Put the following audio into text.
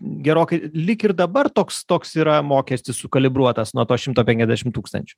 gerokai lyg ir dabar toks toks yra mokestis sukalibruotas nuo to šimto penkiasdešimt tūkstančių